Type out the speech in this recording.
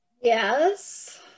Yes